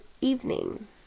evening